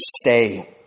stay